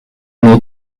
nur